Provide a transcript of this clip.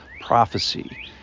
prophecy